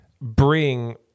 bring